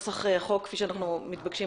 התיקון להוראת השעה כפי שאנחנו מתבקשים